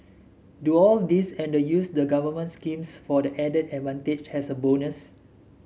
do all this and use the government schemes for the added advantage as a bonus